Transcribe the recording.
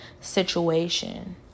situation